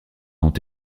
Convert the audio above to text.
ont